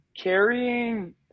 carrying